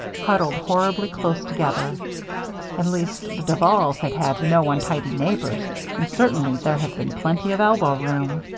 huddled horribly close together at least the duvals had had no untidy neighbors and certainly there had been plenty of elbow room.